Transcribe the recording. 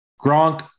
Gronk